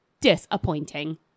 Disappointing